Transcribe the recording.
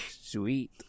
Sweet